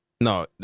No